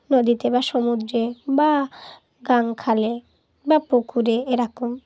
নদীতে বা সমুদ্রে বা গাংখালে বা পুকুরে এরকম